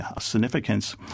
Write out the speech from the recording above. significance